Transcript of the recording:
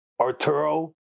Arturo